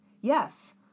Yes